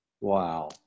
Wow